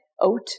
OAT